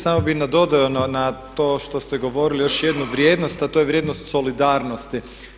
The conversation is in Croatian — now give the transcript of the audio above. Samo bih nadodao na to što ste govorili još jednu vrijednost, a to je vrijednost solidarnosti.